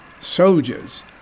soldiers